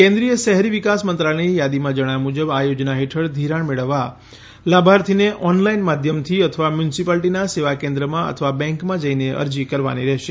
કેન્દ્રિય શહેરી વિકાસ મંત્રાલયની યાદીમાં જણાવ્યા મુજબ આ યોજના હેઠળ ધિરાણ મેળવવા લાભાર્થીને ઓનલાઈન માધ્યમથી અથવા મ્યુનીસીપાલીટીના સેવા કેન્દ્રમાં અથવા બેંકમાં જઈને અરજી કરવાની રહેશે